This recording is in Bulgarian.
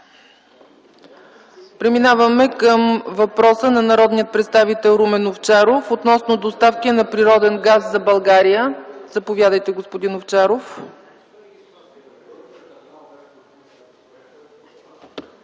Преминаваме към въпроса на народния представител Румен Овчаров относно доставки на природен газ за България. Заповядайте, господин Овчаров.